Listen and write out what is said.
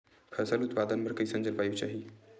फसल उत्पादन बर कैसन जलवायु चाही?